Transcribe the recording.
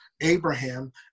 Abraham